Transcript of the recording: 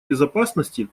безопасности